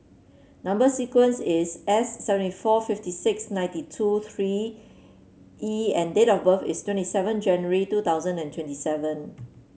number sequence is S seventy four fifty six ninety two three E and date of birth is twenty seven January two thousand and twenty seven